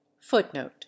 Footnote